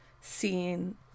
seeing